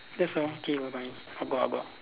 that's all okay bye bye I go out ah